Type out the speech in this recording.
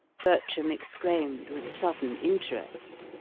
bertram exclaimed with sudden interest.